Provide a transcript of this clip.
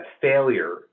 failure